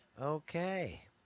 Okay